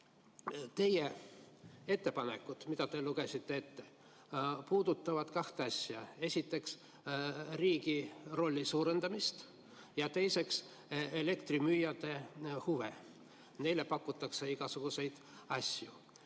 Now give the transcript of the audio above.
Teie ettepanekud, mida te ette lugesite, puudutavad kahte asja: esiteks, riigi rolli suurendamist, ja teiseks, elektrimüüjate huve, sest neile pakutakse igasuguseid asju.